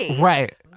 Right